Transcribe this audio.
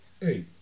Hey